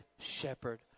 shepherd